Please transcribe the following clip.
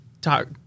talk